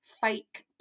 fake